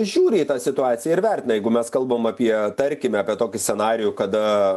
žiūri į tą situaciją ir vertina jeigu mes kalbam apie tarkime apie tokį scenarijų kada